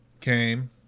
Came